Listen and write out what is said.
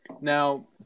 Now